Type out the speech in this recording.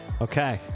Okay